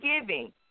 giving